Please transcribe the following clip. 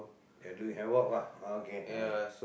you're doing havoc ah okay okay